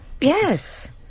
Yes